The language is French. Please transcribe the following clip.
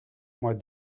mois